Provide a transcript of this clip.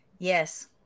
Yes